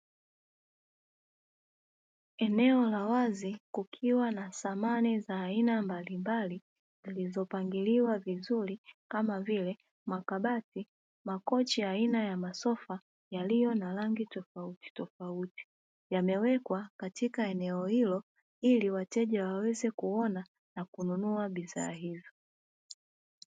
Eneo la wazi kukiwa na samani za aina mbalimbali zilizopangiliwa vizuri, kama vile makabati, makochi ya aina ya masofa, yaliyo na rangi tofautitofauti. Yamewekwa katika eneo hilo, ili wateja waweze kuona na kununua bidhaa hiyo.